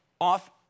off